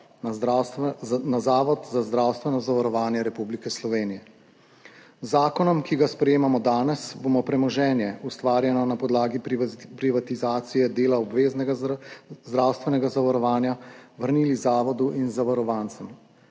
na Zavod za zdravstveno zavarovanje Republike Slovenije. Z zakonom, ki ga sprejemamo danes, bomo premoženje, ustvarjeno na podlagi privatizacije dela obveznega zdravstvenega zavarovanja, vrnili zavodu in zavarovancem.